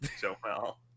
Joel